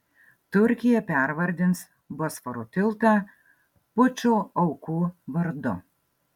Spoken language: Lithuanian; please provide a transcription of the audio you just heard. turkija pervardins bosforo tiltą pučo aukų vardu